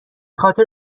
خاطر